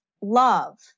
love